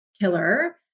killer